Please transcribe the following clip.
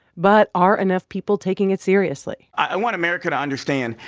but are enough people taking it seriously? i want america to understand,